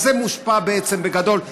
זה מושפע בגדול,